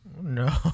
No